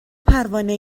پروانه